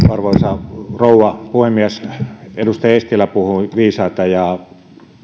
arvoisa rouva puhemies edustaja eestilä puhui viisaita ja